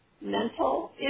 mental